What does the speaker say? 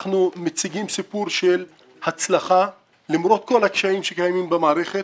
אנחנו מציגים סיפור של הצלחה למרות כל הקשיים שקיימים במערכת,